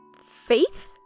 faith